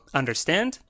understand